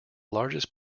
largest